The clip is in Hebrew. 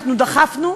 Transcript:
דחפנו,